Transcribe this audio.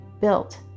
built